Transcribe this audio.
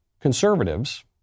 conservatives